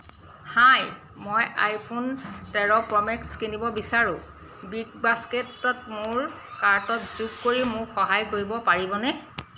হাই মই আইফোন তেৰ প্ৰ'মেক্স কিনিব বিচাৰোঁ বিগবাস্কেটত মোৰ কাৰ্টত যোগ কৰি মোক সহায় কৰিব পাৰিবনে